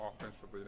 offensively